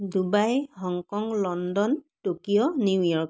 Dubai Hong Kong London Tokyo New York